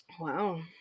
Wow